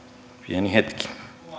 pieni hetki